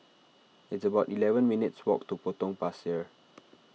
it's about eleven minutes' walk to Potong Pasir